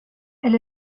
elle